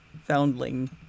foundling